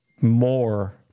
more